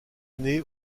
année